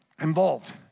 involved